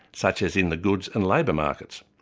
such as in the goods and labour markets.